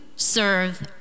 serve